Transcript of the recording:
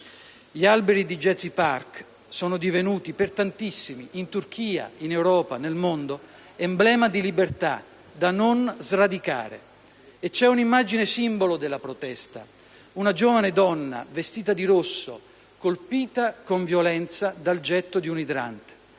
Gli alberi di Gezi Park sono divenuti per tantissimi, in Turchia, in Europa e nel mondo, emblema di libertà, da non sradicare. C'è un'immagine simbolo della protesta: una giovane donna, vestita di rosso, colpita con violenza dal getto di un idrante.